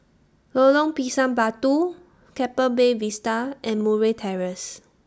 Lorong Pisang Batu Keppel Bay Vista and Murray Terrace